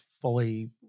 fully